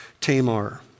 Tamar